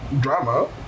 Drama